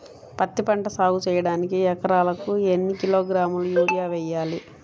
పత్తిపంట సాగు చేయడానికి ఎకరాలకు ఎన్ని కిలోగ్రాముల యూరియా వేయాలి?